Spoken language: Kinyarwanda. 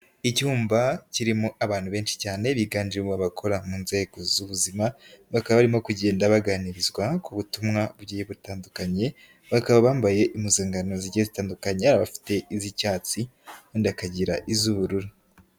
Icyumba kirimo abantu benshi cyane biganje iwa bakora mu nzego z'ubuzima, bakaba barimo kugenda baganirizwa ku butumwa butandukanye, bakaba bambaye impuzangano zigiye zitandukanyekanya, hari abafite iz'icyatsi, abandi bakagira iz'ubururu.